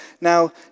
now